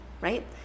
right